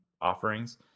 offerings